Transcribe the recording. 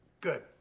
Good